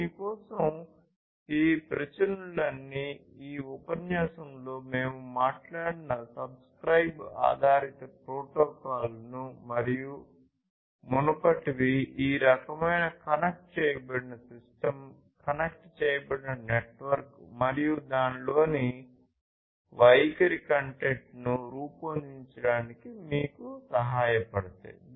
దీని కోసం ఈ ఉపన్యాసంలో మేము మాట్లాడిన ప్రచురణ సబ్స్క్రయిబ్ ఆధారిత ప్రోటోకాల్లను మరియు మునుపటివి ఈ రకమైన కనెక్ట్ చేయబడిన సిస్టమ్ కనెక్ట్ చేయబడిన నెట్వర్క్ మరియు దానిలోని వైఖరి కంటెంట్ను రూపొందించడానికి మీకు సహాయపడతాయి